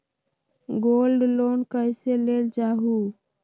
Gold loan कईसे लेल जाहु?